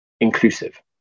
inclusive